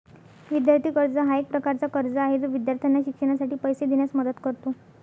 विद्यार्थी कर्ज हा एक प्रकारचा कर्ज आहे जो विद्यार्थ्यांना शिक्षणासाठी पैसे देण्यास मदत करतो